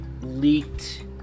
leaked